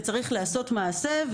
וצריך לעשות מעשה,